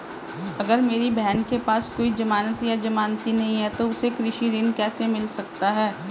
अगर मेरी बहन के पास कोई जमानत या जमानती नहीं है तो उसे कृषि ऋण कैसे मिल सकता है?